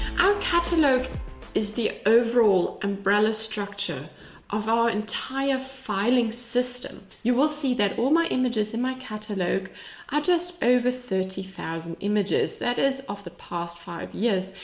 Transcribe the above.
our catalogue is the overall umbrella structure of our entire filing system. you will see that all my images in my catalogue are just over thirty thousand images. that is of the past five years.